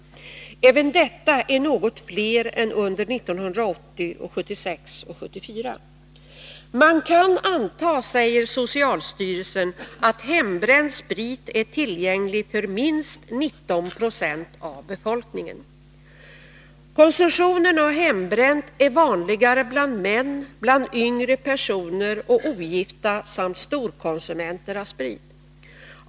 Även detta är något fler än under 1980 och 1976 samt 1974. Man kan anta, säger socialstyrelsen, att hembränd sprit är tillgänglig för minst 19 20 av befolkningen. Konsumtionen av hembränt är vanligare bland män, bland yngre personer och ogifta samt storkonsumenter av sprit.